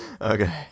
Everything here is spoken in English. Okay